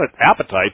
appetite